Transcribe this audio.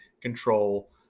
control